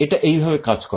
এটা এইভাবে কাজ করে